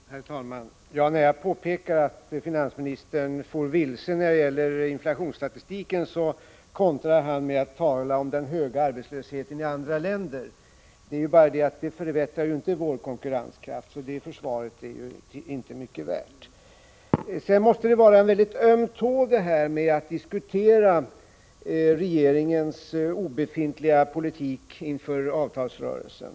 Herr talman! När jag påpekar att finansministern for vilse i fråga om inflationsstatistiken, kontrar han med att tala om den höga arbetslösheten i andra länder. Det är bara det, att det förbättrar inte vår konkurrenskraft, så det försvaret är inte mycket värt. Det måste vara en väldigt öm tå man kommer åt om man vill diskutera regeringens obefintliga politik inför avtalsrörelsen.